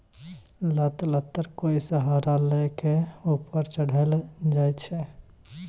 लत लत्तर कोय सहारा लै कॅ ऊपर चढ़ैलो जाय छै